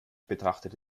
betrachtete